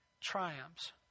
triumphs